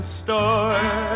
store